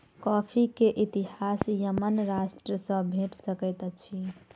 coffee के इतिहास Yemen राष्ट्र सॅ भेट सकैत अछि